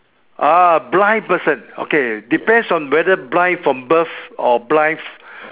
ah blind person okay depends on whether blind from birth or blind fr~